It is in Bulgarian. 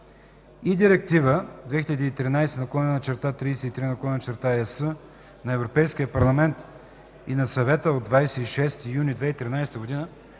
и Директива 2013/33/ЕС на Европейския парламент и на Съвета от 26 юни 2013 г. за